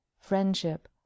friendship